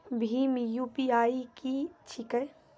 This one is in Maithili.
भीम यु.पी.आई की छीके?